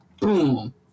Boom